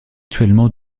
actuellement